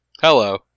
Hello